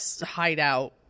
hideout